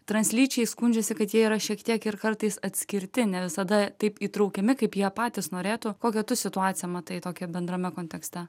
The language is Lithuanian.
translyčiai skundžiasi kad jie yra šiek tiek ir kartais atskirti ne visada taip įtraukiami kaip jie patys norėtų kokią tu situaciją matai tokią bendrame kontekste